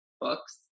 books